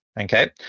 okay